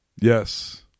Yes